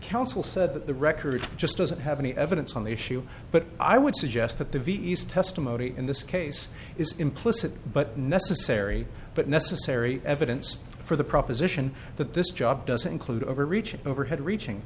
counsel said that the record just doesn't have any evidence on the issue but i would suggest that the ves testimony in this case is implicit but necessary but necessary evidence for the proposition that this job doesn't include overreaching overhead reaching